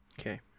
Okay